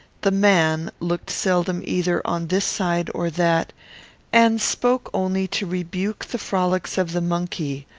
the man looked seldom either on this side or that and spoke only to rebuke the frolics of the monkey,